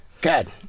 Good